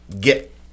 get